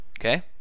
Okay